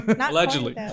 Allegedly